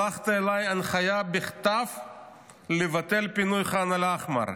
שלחת אליי הנחיה בכתב לבטל את פינוי ח'אן אל-אחמר,